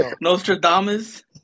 Nostradamus